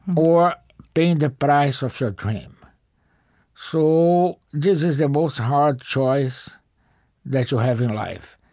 or paying the price of your dream so this is the most hard choice that you have in life.